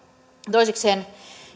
toisekseen